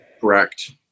Correct